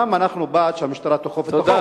אנחנו בעד שהמשטרה תאכוף את החוק,